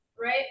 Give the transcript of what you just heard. right